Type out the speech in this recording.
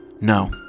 No